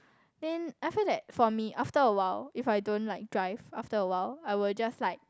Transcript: then I feel that for me after a while if I don't like drive after a while I will just like